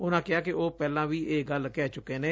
ਉਨੂਾ ਕਿਹਾ ਕਿ ਉਹ ਪਹਿਲਾਂ ਵੀ ਇਹ ਗੱਲ ਕਹਿ ਚੁੱਕੇ ਨੇ